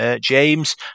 James